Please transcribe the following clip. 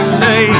say